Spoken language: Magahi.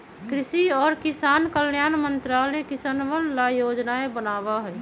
कृषि और किसान कल्याण मंत्रालय किसनवन ला योजनाएं बनावा हई